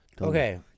Okay